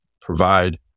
provide